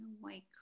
white